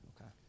Okay